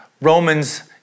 Romans